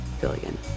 billion